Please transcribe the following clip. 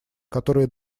которые